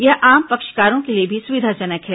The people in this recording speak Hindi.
यह आम पक्षकारों के लिए भी सुविधाजनक है